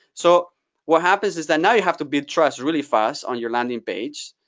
so what happens is that now you have to build trust really fast on your landing page.